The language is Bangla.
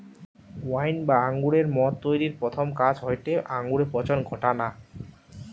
ওয়াইন বা আঙুরের মদ তৈরির প্রথম কাজ হয়টে আঙুরে পচন ঘটানা